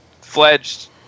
fledged